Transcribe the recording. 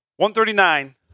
139